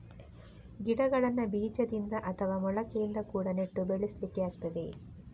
ಗಿಡಗಳನ್ನ ಬೀಜದಿಂದ ಅಥವಾ ಮೊಳಕೆಯಿಂದ ಕೂಡಾ ನೆಟ್ಟು ಬೆಳೆಸ್ಲಿಕ್ಕೆ ಆಗ್ತದೆ